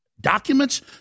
documents